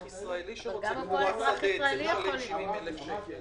ישראלי שרוצה קבורת שדה צריך לשלם 70 אלף שקל.